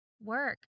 work